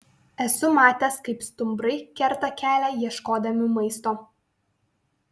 esu matęs kaip stumbrai kerta kelią ieškodami maisto